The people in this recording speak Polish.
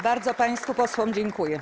Bardzo państwu posłom dziękuję.